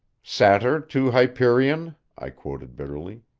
satyr to hyperion, i quoted bitterly.